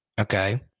Okay